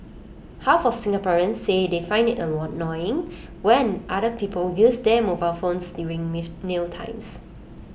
half of Singaporeans say they find IT annoying when other people use their mobile phones during mealtimes